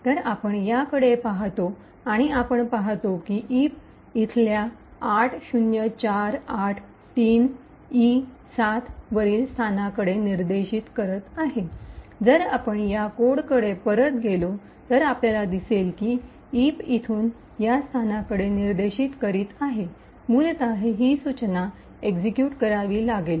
तर आपण याकडे पाहतो आणि आपण पाहतो की इप इथल्या ८०४८३ई७ वरील स्थानाकडे निर्देशित करीत आहे जर आपण या कोडकडे परत गेलो तर आपल्याला दिसेल की इप इथून या स्थानाकडे निर्देश करीत आहे मूलत ही सूचना एक्सिक्यूट करावी लागेल